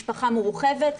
משפחה מורחבת,